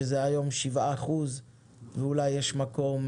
שזה היום שבעה אחוז ואולי יש מקום,